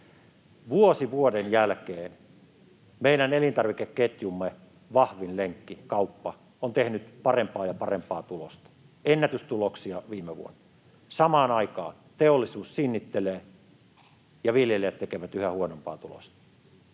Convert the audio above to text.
Vuosi vuoden jälkeen meidän elintarvikeketjumme vahvin lenkki, kauppa, on tehnyt parempaa ja parempaa tulosta — ennätystuloksia viime vuonna. Samaan aikaan teollisuus sinnittelee ja viljelijät tekevät yhä huonompaa tulosta.